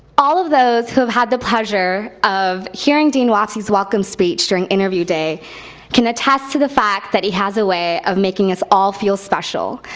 all of those who have had the pleasure of hearing dean wofsy's welcome speech during interview day can attest to the fact that he has a way of making us all feel special,